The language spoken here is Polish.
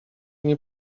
nie